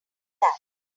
that